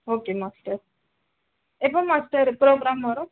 okay master எப்போ master program வரும்